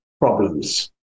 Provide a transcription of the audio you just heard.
problems